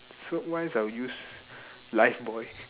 soap wise I will use Lifebuoy